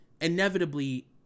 inevitably